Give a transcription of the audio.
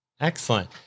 Excellent